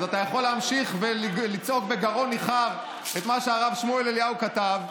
אז אתה יכול להמשיך ולצעוק בגרון ניחר את מה שהרב שמואל אליהו כתב.